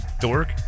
dork